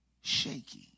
shaky